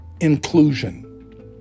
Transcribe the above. inclusion